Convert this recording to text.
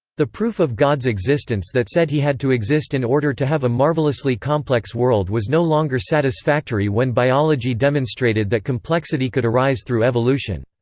the proof of god's existence that said he had to exist in order to have a marvelously complex world was no longer satisfactory when biology demonstrated that complexity could arise through evolution.